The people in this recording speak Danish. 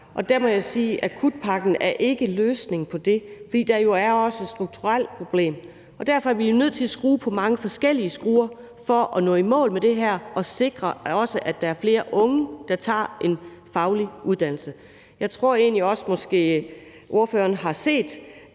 Og der må jeg sige, at akutpakken ikke er løsningen på det, fordi der jo også er et strukturelt problem. Og derfor er vi nødt til at skrue på mange forskellige skruer for at nå i mål med det her og også sikre, at der er flere unge, der tager en faglig uddannelse. Jeg tror egentlig også, at ordføreren har set,